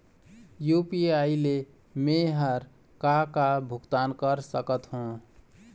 UPI ले मे हर का का भुगतान कर सकत हो?